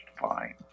fine